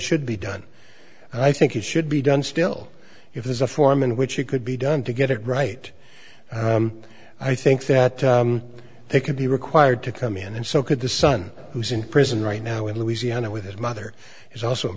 should be done and i think it should be done still if there's a form in which it could be done to get it right i think that they could be required to come in and so could the son who's in prison right now in louisiana with his mother is also in